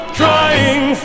trying